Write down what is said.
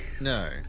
No